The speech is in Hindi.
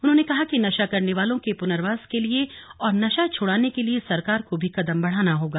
उन्होंने कहा कि नशा करने वालों के पुनर्वास के लिए और नशा छुड़ाने के लिए सरकार को भी कदम बढ़ाना होगा